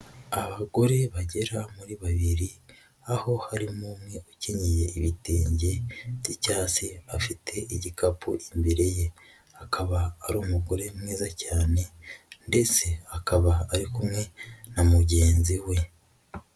Abagore bagera muri babiri aho harimo umwe ukenyeye ibitenge by'icyatsi, afite igikapu imbere ye akaba ari umugore mwiza cyane ndetse akaba ari kumwe na mugenzi we.